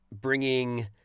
bringing